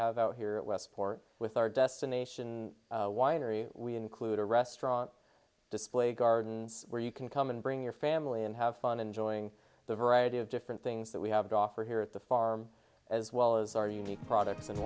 have out here at westport with our destination winery we include a restaurant display gardens where you can come and bring your family and have fun enjoying the variety of different things that we have draw for here at the farm as well as our unique products and